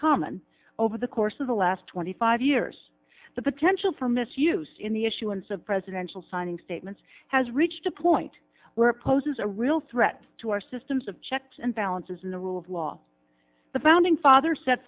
common over the course of the last twenty five years the potential for misuse in the issuance of presidential signing statements has reached a point where it poses a real threat to our systems of checks and balances in the rule of law the founding fathers set